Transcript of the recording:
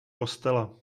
kostela